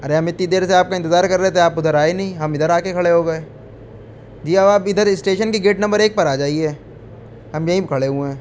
ارے ہم اتتی دیر سے آپ کا انتظار کر رہے تھے آپ ادھر آئے نہیں ہم ادھر آکے کھڑے ہو گئے جی اب آپ ادھر اسٹیشن کے گیٹ نمبر ایک پر آ جائیے ہم یہیں پہ کھڑے ہوئے ہیں